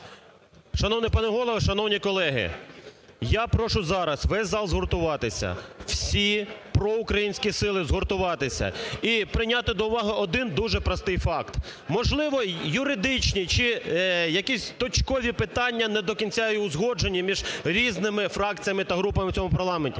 Шановний пане Голово, шановні колеги! Я прошу зараз весь зал згуртуватися, всі проукраїнські сили згуртуватися і прийняти до уваги один дуже простий факт. Можливо, юридичні чи якісь точкові питання не до кінця і узгоджені між різними фракціями та групами в цьому парламенті.